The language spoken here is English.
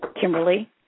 Kimberly